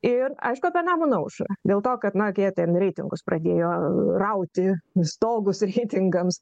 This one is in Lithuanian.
ir aišku apie nemuno aušrą dėl to kad na jie ten reitingus pradėjo rauti stogus reitingams